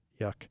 yuck